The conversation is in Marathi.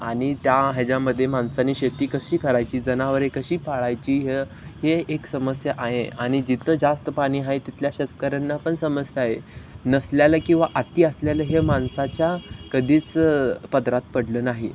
आणि त्या ह्याच्यामध्ये माणसाने शेती कशी करायची जनावरे कशी पाळायची हे हे एक समस्या आहे आणि जिथं जास्त पाणी आहे तिथल्या शेतकऱ्यांना पण समस्या आहे नसल्याला किंवा अती असल्याला हे माणसाच्या कधीच पदरात पडलं नाही